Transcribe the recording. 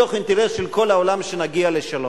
אלא מתוך אינטרס של כל העולם שנגיע לשלום.